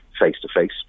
face-to-face